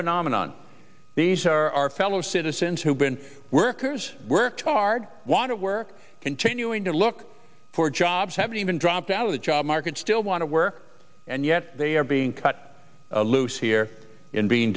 phenomenon these are our fellow citizens who've been workers worked hard want to work continuing to look for jobs haven't even dropped out of the job market still want to work and yet they are being cut loose here in being